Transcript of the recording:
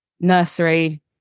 Nursery